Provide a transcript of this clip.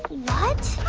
what?